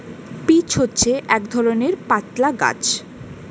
peach হচ্ছে এক ধরণের পাতলা গাছ